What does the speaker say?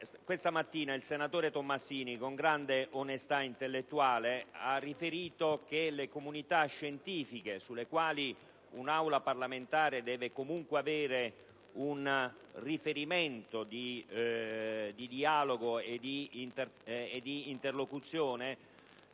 Questa mattina il senatore Tomassini, con grande onestà intellettuale, ha riferito che la comunità scientifica, con la quale un'Aula parlamentare deve comunque avere un riferimento di dialogo e di interlocuzione,